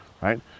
right